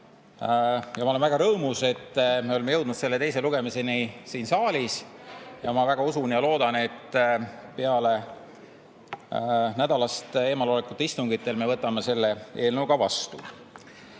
Ma olen väga rõõmus, et me oleme jõudnud selle teise lugemiseni siin saalis, ja ma usun ja loodan, et peale nädalast eemalolekut istungitelt me võtame selle eelnõu ka